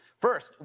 First